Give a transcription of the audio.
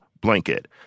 blanket